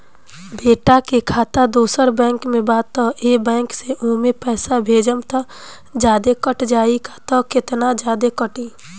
बेटा के खाता दोसर बैंक में बा त ए बैंक से ओमे पैसा भेजम त जादे कट जायी का त केतना जादे कटी?